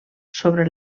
sobre